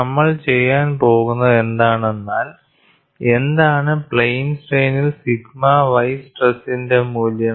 നമ്മൾ ചെയ്യാൻ പോകുന്നത് എന്താണെന്നാൽ എന്താണ് പ്ലെയിൻ സ്ട്രെയിനിൽ സിഗ്മ y സ്ട്രെസിന്റെ മൂല്യം